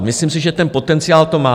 Myslím si, že ten potenciál to má.